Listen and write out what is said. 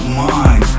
mind